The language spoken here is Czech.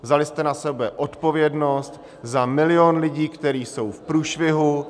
Vzali jste na sebe odpovědnost za milion lidí, kteří jsou v průšvihu.